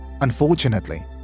Unfortunately